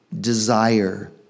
desire